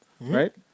Right